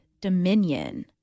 dominion